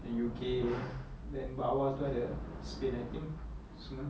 and U_K then bawah itu ada spain I think semua